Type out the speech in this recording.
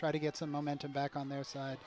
try to get some momentum back on their side